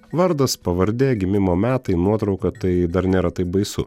vardas pavardė gimimo metai nuotrauka tai dar nėra taip baisu